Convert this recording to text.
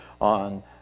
on